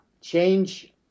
change